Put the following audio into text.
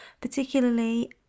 particularly